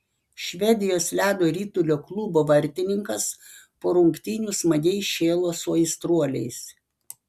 švedijos ledo ritulio klubo vartininkas po rungtynių smagiai šėlo su aistruoliais